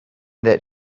that